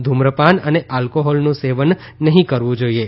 ધૂમ્રપાન અને આલ્કીહીલનું સેવન નહીં કરવું જોઇએ